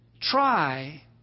Try